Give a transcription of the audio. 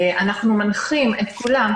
אנחנו מנחים את כולם,